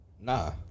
Nah